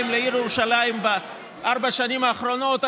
לעיר ירושלים בארבע השנים האחרונות,